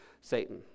Satan